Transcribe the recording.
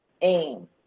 Aim